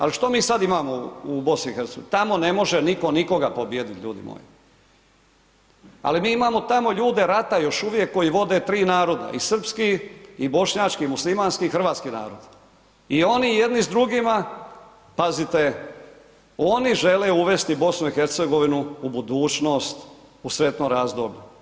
Al što mi sad imamo u BiH, tamo ne može nitko nikoga pobijedit ljudi moji, ali mi imamo tamo ljude rata još uvijek koji vode tri naroda i srpski i bošnjački i muslimanski i hrvatski narod i oni jedni s drugima, pazite, oni žele uvesti BiH u budućnost, u sretno razdoblje.